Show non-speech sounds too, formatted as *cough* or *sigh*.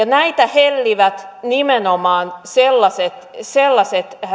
*unintelligible* näitä hellivät nimenomaan sellaiset sellaiset